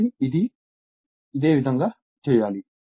కాబట్టి ఇదే విధంగా చేయాలి